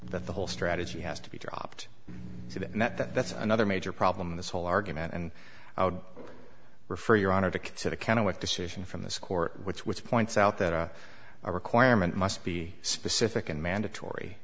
the whole strategy has to be dropped and that that's another major problem in this whole argument and refer your honor to consider kind of with decision from this court which which points out that a requirement must be specific and mandatory